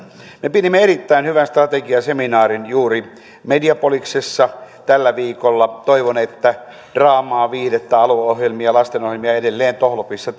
me pidimme erittäin hyvän strategiaseminaarin juuri mediapoliksessa tällä viikolla toivon että draamaa viihdettä alueohjelmia lastenohjelmia edelleen tohlopissa